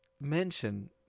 mention